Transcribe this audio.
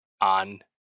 on